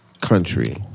country